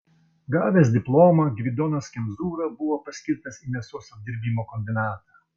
gavęs diplomą gvidonas kemzūra buvo paskirtas į mėsos apdirbimo kombinatą